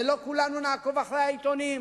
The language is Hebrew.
ולא כולנו נעקוב אחרי העיתונים,